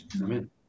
Amen